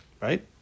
right